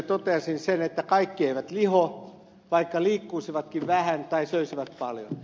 toteaisin sen että kaikki eivät liho vaikka liikkuisivatkin vähän tai söisivät paljon